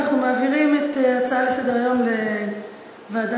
אנחנו מעבירים את ההצעה לסדר-היום לוועדה,